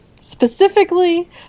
specifically